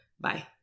Bye